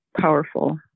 powerful